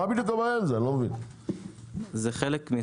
מה בדיוק הבעיה עם זה, אני לא מבין.